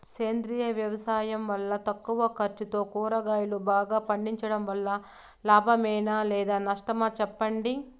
సేంద్రియ వ్యవసాయం వల్ల తక్కువ ఖర్చుతో కూరగాయలు బాగా పండించడం వల్ల లాభమేనా లేక నష్టమా సెప్పండి